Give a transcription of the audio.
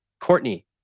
Courtney